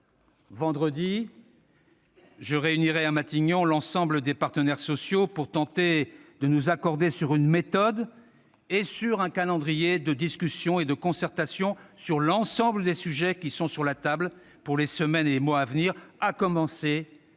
prochain, je réunirai à Matignon l'ensemble des partenaires sociaux pour tenter de nous accorder sur une méthode et un calendrier de discussions et de concertations sur l'ensemble des sujets qui sont sur la table pour les semaines et les mois à venir, à commencer par le plan